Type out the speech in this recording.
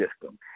system